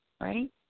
Right